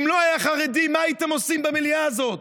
אם לא היו חרדים, מה הייתם עושים במליאה הזאת?